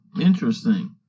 Interesting